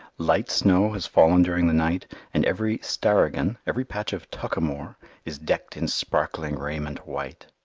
light snow has fallen during the night, and every starigan, every patch of tuckamore is decked in sparkling raiment white.